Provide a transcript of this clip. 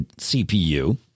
CPU